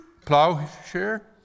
plowshare